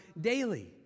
daily